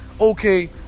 okay